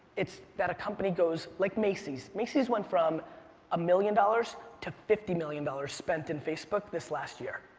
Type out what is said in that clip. it's that a company goes, like macy's. macy's went from a million dollars to fifty million dollars spent in facebook this last year.